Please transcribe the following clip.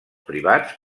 privats